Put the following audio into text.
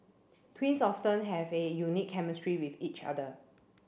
twins often have a unique chemistry with each other